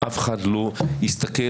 לו באמת הייתם רוצים לקיים דיונים,